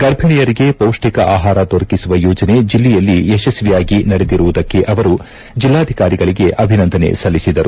ಗರ್ಭಿಣಿಯರಿಗೆ ಪೌಷ್ಠಿಕ ಆಹಾರ ದೊರಕಿಸುವ ಯೋಜನೆ ಜಿಲ್ಲೆಯಲ್ಲಿ ಯಶಸ್ವಿಯಾಗಿ ನಡೆದಿರುವುದಕ್ಕೆ ಅವರು ಜಿಲ್ಲಾಧಿಕಾರಿಗಳಿಗೆ ಅಭಿನಂದನೆ ಸಲ್ಲಿಸಿದರು